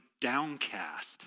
downcast